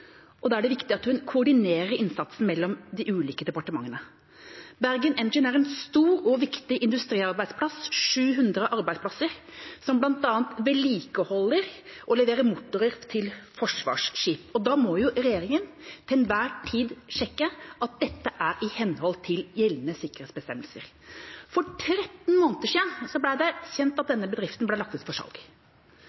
viktig industriarbeidsplass, med 700 arbeidsplasser, som bl.a. vedlikeholder og leverer motorer til forsvarsskip. Da må regjeringa til enhver tid sjekke at dette er i henhold til gjeldende sikkerhetsbestemmelser. For 13 måneder siden ble det kjent at denne bedriften ble lagt ut for salg. 15. desember i fjor ble det kjent at